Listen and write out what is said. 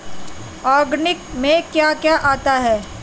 Organic में क्या क्या आता है?